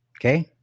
Okay